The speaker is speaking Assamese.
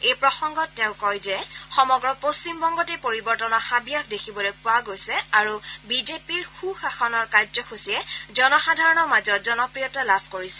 এই প্ৰসংগত তেওঁ কয় যে সমগ্ৰ পশ্চিমবংগতে পৰিৱৰ্তনৰ হাবিয়াস দেখিবলৈ পোৱা গৈছে আৰু বিজেপিৰ সু শাসনৰ কাৰ্যসূচীয়ে জনসাধাৰণৰ মাজত জনপ্ৰিয়তা লাভ কৰিছে